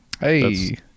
Hey